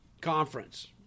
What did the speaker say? Conference